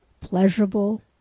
pleasurable